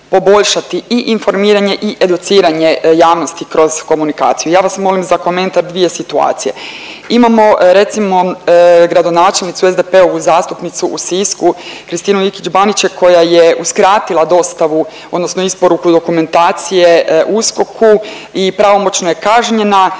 i informiranje i educiranje javnosti kroz komunikaciju. Ja vas molim za komentar dvije situacije. Imamo recimo gradonačelnicu, SDP-ovu zastupnicu u Sisku Kristinu Ikić Baniček koja je uskratila dostavu odnosno isporuku dokumentacije USKOK-u i pravomoćno je kažnjena,